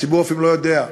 הציבור אפילו לא יודע,